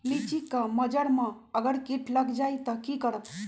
लिचि क मजर म अगर किट लग जाई त की करब?